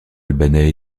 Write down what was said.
albanais